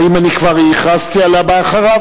האם אני כבר הכרזתי על הבא אחריו?